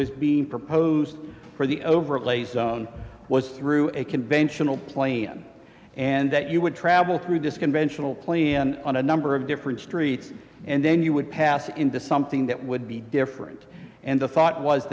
was being proposed for the overlay zone was through a conventional plane and that you would travel through this conventional play and on a number of different streets and then you would pass into something that would be different and the thought was